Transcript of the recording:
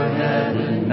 heaven